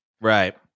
Right